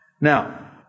Now